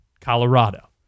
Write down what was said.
Colorado